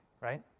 right